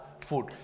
food